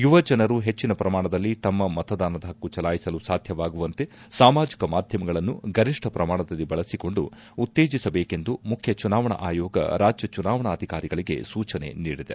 ಯುವಜನರು ಹೆಚ್ಚನ ಪ್ರಮಾಣದಲ್ಲಿ ತಮ್ಮ ಮತದಾನದ ಹಕ್ಕು ಚಲಾಯಿಸಲು ಸಾಧ್ಯವಾಗುವಂತೆ ಸಾಮಾಜಿಕ ಮಾಧ್ಯಮಗಳನ್ನು ಗರಿಷ್ಠ ಪ್ರಮಾಣದಲ್ಲಿ ಬಳಸಿಕೊಂಡು ಉತ್ತೇಜಿಸಬೇಕೆಂದು ಮುಖ್ಯ ಚುನಾವಣಾ ಆಯೋಗ ರಾಜ್ಯ ಚುನಾವಣಾಧಿಕಾರಿಗಳಿಗೆ ಸೂಚನೆ ನೀಡಿದೆ